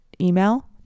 email